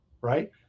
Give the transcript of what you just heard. right